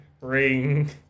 ring